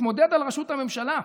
התמודד על ראשות הממשלה,